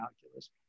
calculus